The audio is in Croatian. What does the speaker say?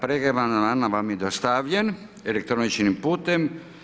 Pregled amandmana vam je dostavljen elektroničkim putem.